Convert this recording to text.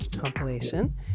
compilation